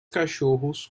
cachorros